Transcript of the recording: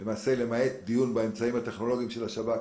למעשה, למעט דיון באמצעים הטכנולוגיים של השב"כ,